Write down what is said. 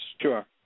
Sure